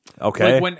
Okay